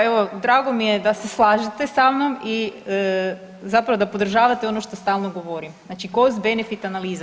Evo drago mi je da se slažete sa mnom i zapravo da podržavate ono što stalno govorim, znači cost benefit analiza.